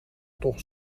toch